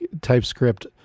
typescript